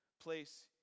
place